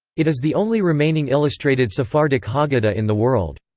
it is the only remaining illustrated sephardic haggadah in the world.